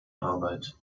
arbeit